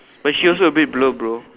but the also a bit blur bro